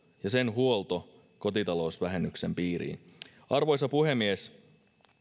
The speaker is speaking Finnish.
ja sen huolto kotitalousvähennyksen piiriin arvoisa puhemies